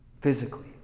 physically